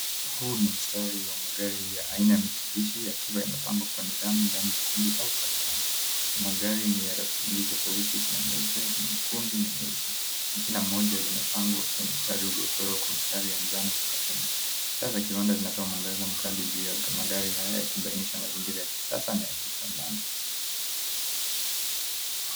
Huu ni mstari wa magari ya aina ya Mitsubishi yakiwa yamepangwa kwa nidhamu ndani ya ukumbi au karakana. Magari ni rangi tofauti kuna nyeupe, kuna nyekundu na nyeusi, na kila moja limepangwa kwenye mstari uliochorwa kwa mstari ya njano sakafuni. Taa za kiwanda zinatoa mwangaza mkali juu ya magari haya yakibainisha mazingira ya kisasa na ya kitaalamu.